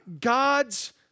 God's